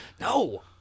no